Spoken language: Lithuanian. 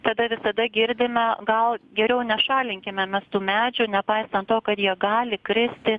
tada visada girdime gal geriau nešalinkime mes tų medžių nepaisant to kad jie gali kristi